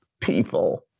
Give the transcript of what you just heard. people